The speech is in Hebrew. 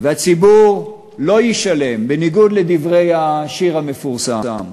והציבור לא ישלם, בניגוד לדברי השיר המפורסם.